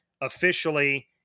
officially